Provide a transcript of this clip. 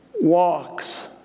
Walks